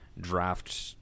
draft